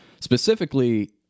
Specifically